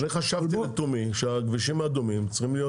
אני חשבתי לתומי שהכבישים האדומים צריכים להיות